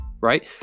right